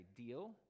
ideal